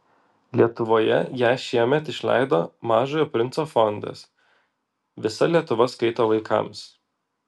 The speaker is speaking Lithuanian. lietuvoje ją šiemet išleido mažojo princo fondas visa lietuva skaito vaikams